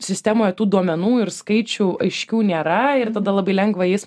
sistemoj tų duomenų ir skaičių aiškių nėra ir tada labai lengva jais